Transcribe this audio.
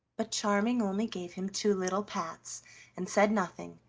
but charming only gave him two little pats and said nothing,